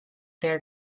their